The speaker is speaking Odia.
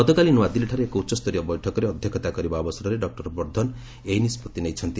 ଗତକାଲି ନୂଆଦିଲ୍ଲୀଠାରେ ଏକ ଉଚ୍ଚସ୍ତରୀୟ ବୈଠକରେ ଅଧ୍ୟକ୍ଷତା କରିବା ଅବସରରେ ଡକ୍ଟର ବର୍ଦ୍ଧନ ଏହି ନିଷ୍ପଭି ନେଇଛନ୍ତି